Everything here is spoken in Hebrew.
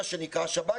מה שנקרא השב"כ,